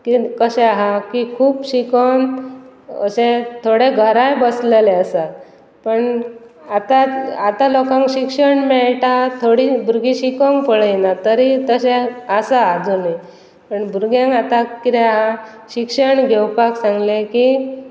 कि कशें आहा की खूब शिकोन अशें थोडे घराय बसलेले आसा पण आतां आतां लोकांक शिक्षण मेळटा थोडी भुरगीं शिकोंक पळयना तरी तशें आसा आजुनूय पण भुरग्यांक आतां कितें आसा शिक्षण घेवपाक सांगलें की